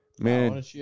man